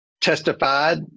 testified